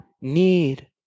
need